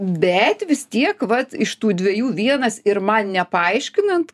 bet vis tiek vat iš tų dviejų vienas ir man nepaaiškinant